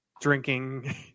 drinking